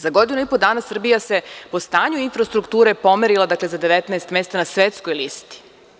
Za godinu i po dana Srbija se po stanju infrastrukture pomerila za 19 mesta na svetskoj listi.